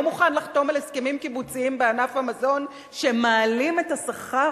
לא מוכן לחתום על הסכמים קיבוציים בענף המזון שמעלים את השכר,